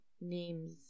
Names